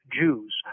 Jews